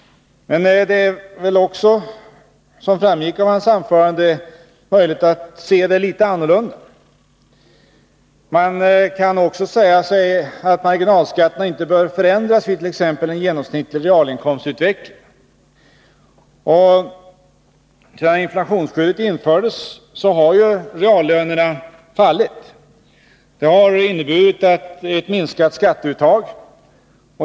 Men det är också, som framgick av hans anförande, möjligt att se saken litet annorlunda. Man kan också säga sig att marginalskatterna inte bör förändras vid t.ex. en genomsnittlig realinkomstutveckling. Sedan inflationsskyddet infördes har reallönerna fallit. Det har inneburit ett minskat skatteuttag.